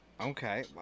Okay